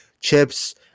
chips